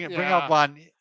yeah. bring up one.